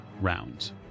rounds